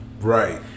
Right